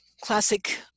classic